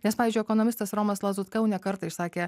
nes pavyzdžiui ekonomistas romas lazutka jau ne kartą išsakė